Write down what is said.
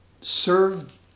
serve